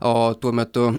o tuo metu